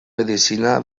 medicina